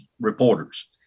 reporters